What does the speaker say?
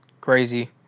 crazy